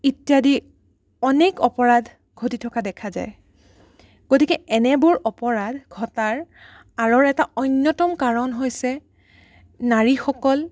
ইত্যাদি অনেক অপৰাধ ঘটি থকা দেখা যায় গতিকে এনেবোৰ অপৰাধ ঘটাৰ আঁৰৰ এটা অন্যতম কাৰণ হৈছে নাৰীসকল